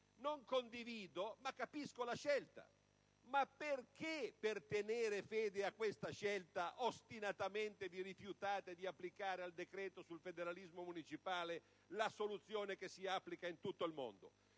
non condivido tale scelta, ma la comprendo. Ma perché, per tenere fede a questa scelta, ostinatamente vi rifiutate di applicare al decreto sul federalismo municipale la soluzione adottata in tutto il mondo?